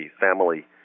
family